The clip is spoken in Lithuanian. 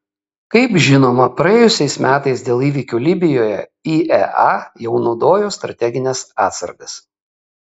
kaip žinoma praėjusiais metais dėl įvykių libijoje iea jau naudojo strategines atsargas